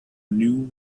new